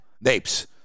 Napes